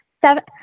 seven